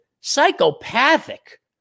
psychopathic